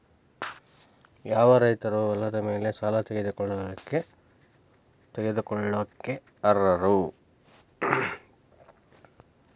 ಯಾವ ರೈತರು ಹೊಲದ ಮೇಲೆ ಸಾಲ ತಗೊಳ್ಳೋಕೆ ಅರ್ಹರು?